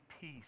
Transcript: peace